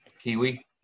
Kiwi